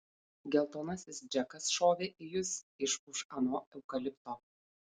geltonasis džekas šovė į jus iš už ano eukalipto